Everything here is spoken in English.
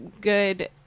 good